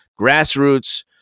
grassroots